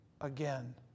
again